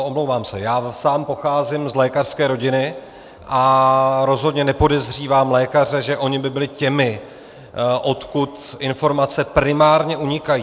Omlouvám se, já sám pocházím z lékařské rodiny a rozhodně nepodezřívám lékaře, že oni by byli těmi, odkud informace primárně unikají.